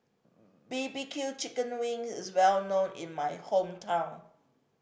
B B Q chicken wings is well known in my hometown